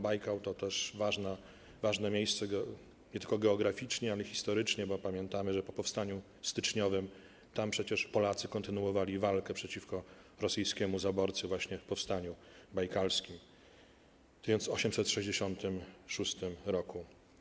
Bajkał to ważne miejsce nie tylko geograficznie, ale historycznie, bo pamiętamy, że po powstaniu styczniowym tam przecież Polacy kontynuowali walkę przeciwko rosyjskiemu zaborcy, właśnie w powstaniu bajkalskim w 1866 r.